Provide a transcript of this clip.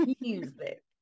music